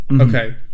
Okay